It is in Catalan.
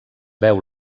veu